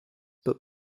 but